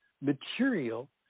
material